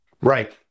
Right